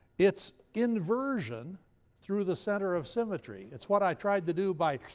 it's inversion through the center of symmetry. it's what i tried to do by